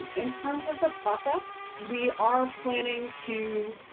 in terms of the process, we are planning to